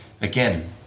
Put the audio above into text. again